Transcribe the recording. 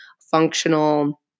functional